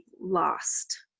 lost